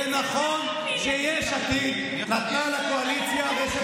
זה נכון שיש עתיד נתנה לקואליציה רשת